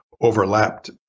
overlapped